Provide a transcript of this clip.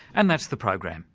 and that's the program.